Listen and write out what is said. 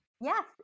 Yes